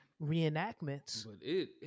reenactments